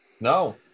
no